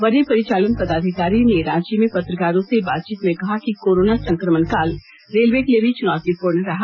वरीय परिचालन पदाधिकारी ने रांची में पत्रकारों से बातचीत में कहा कि कोरोना संकमणकाल रेलवे के लिए भी चुनौतीपूर्ण रहा